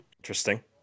Interesting